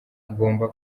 ngomba